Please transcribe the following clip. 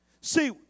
See